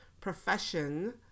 profession